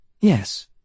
Yes